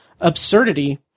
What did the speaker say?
absurdity